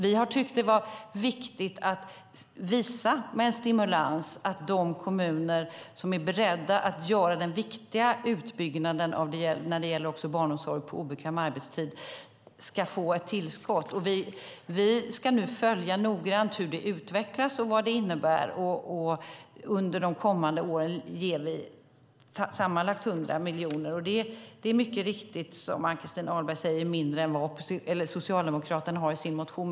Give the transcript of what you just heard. Vi har tyckt att det är viktigt att med stimulans visa att de kommuner som är beredda att göra den viktiga utbyggnaden när det gäller barnomsorg på obekväm arbetstid ska få ett tillskott. Vi ska nu noggrant följa hur det utvecklas och vad det innebär. Vi ger under de kommande åren sammanlagt 100 miljoner. Som Ann-Christin Ahlberg mycket riktigt säger är det mindre än vad Socialdemokraterna föreslår i sin motion.